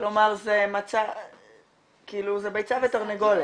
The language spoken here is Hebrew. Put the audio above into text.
כלומר, זה ביצה ותרנגולת.